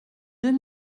deux